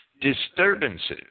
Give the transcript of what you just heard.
disturbances